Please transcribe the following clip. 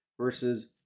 versus